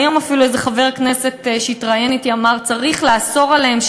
היום חבר כנסת שהתראיין אתי אמר: צריך לאסור עליהם,